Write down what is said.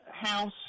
house